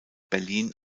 berlin